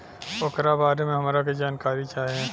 ओकरा बारे मे हमरा के जानकारी चाही?